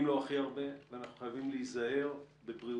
לו הכי הרבה ואנחנו חייבים להיזהר בבריאותו,